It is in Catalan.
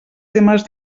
temes